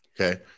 Okay